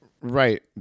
Right